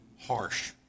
harsh